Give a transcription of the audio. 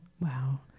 Wow